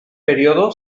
período